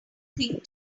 thing